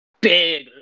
Big